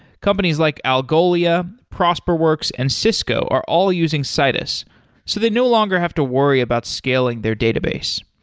companies like algolia, prosperworks and cisco are all using citus so they no longer have to worry about scaling their database.